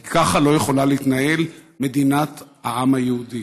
כי ככה לא יכולה להתנהל מדינת העם היהודי.